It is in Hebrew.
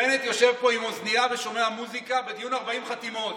בנט יושב פה עם אוזנייה ושומע מוזיקה בדיון 40 חתימות.